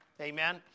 Amen